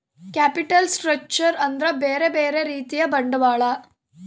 capital structure ಅಂದ್ರ ಬ್ಯೆರೆ ಬ್ಯೆರೆ ರೀತಿಯ ಬಂಡವಾಳ